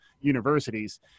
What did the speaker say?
universities